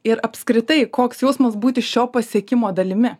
ir apskritai koks jausmas būti šio pasiekimo dalimi